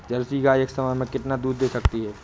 Jersey गाय एक समय में कितना दूध दे सकती है?